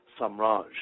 Samraj